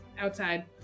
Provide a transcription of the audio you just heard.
outside